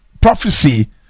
prophecy